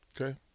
Okay